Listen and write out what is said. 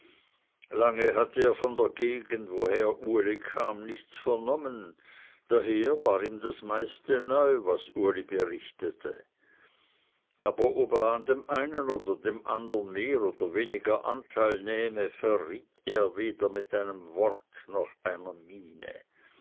lange hatte er von der gegend woher uli kam nichts vernommen daher war ihm das meiste neu was uli berichtete aber ob er an dem einen oder dem andern mehr oder weniger anteil nehme verriet er weder mit einem wort noch einer miene